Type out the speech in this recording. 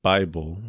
Bible